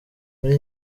muri